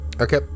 Okay